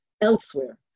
elsewhere